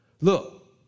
Look